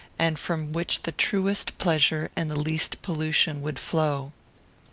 and from which the truest pleasure and the least pollution would flow.